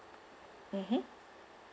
mmhmm